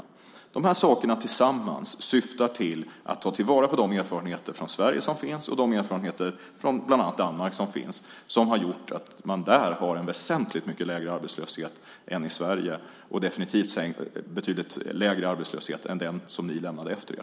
De här sakerna tillsammans syftar till att ta vara på de erfarenheter som finns från Sverige och de erfarenheter som finns från bland annat Danmark där man nu har en väsentligt mycket lägre arbetslöshet än Sverige och definitivt en betydligt lägre arbetslöshet än den som ni lämnade efter er.